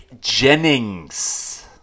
Jennings